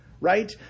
Right